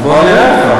בוא נראה.